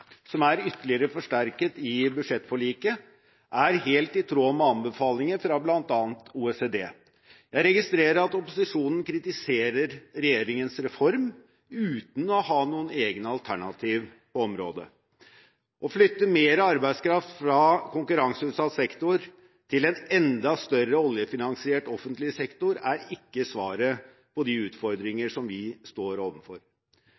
som er ytterligere forsterket i budsjettforliket, er helt i tråd med anbefalinger fra OECD. Jeg registrerer at opposisjonen kritiserer regjeringens reform uten å ha egne alternativ på området. Å flytte mer arbeidskraft fra konkurranseutsatt sektor til en enda større oljefinansiert offentlig sektor er ikke svaret på de utfordringer